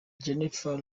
jennifer